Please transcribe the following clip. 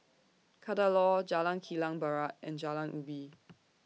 Kadaloor Jalan Kilang Barat and Jalan Ubi